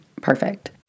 perfect